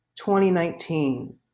2019